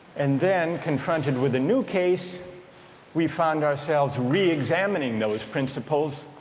and then confronted with a new case we found ourselves re-examining those principles